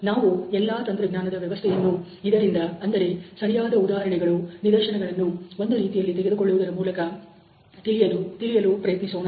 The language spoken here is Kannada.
ನಾವು ಎಲ್ಲಾ ತಂತ್ರಜ್ಞಾನದ ವ್ಯವಸ್ಥೆಯನ್ನು ಇದರಿಂದ ಅಂದರೆ ಸರಿಯಾದ ಉದಾಹರಣೆಗಳು ನಿದರ್ಶನಗಳನ್ನು ಒಂದು ರೀತಿಯಲ್ಲಿ ತೆಗೆದುಕೊಳ್ಳುವುದರ ಮೂಲಕ ತಿಳಿಯಲು ಪ್ರಯತ್ನಿಸೋಣ